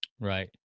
Right